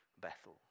Bethel